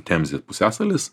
temzės pusiasalis